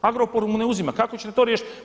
Agrokor mu ne uzima kako ćete to riješiti?